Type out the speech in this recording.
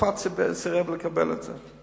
ערפאת סירב לקבל את זה,